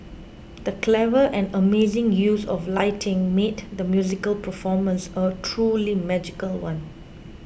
the clever and amazing use of lighting made the musical performance a truly magical one